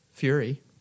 Fury